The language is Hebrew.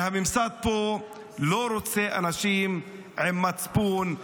והממסד פה לא רוצה אנשים עם מצפון.